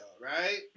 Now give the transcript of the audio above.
Right